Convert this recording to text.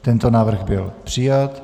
Tento návrh byl přijat.